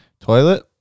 Toilet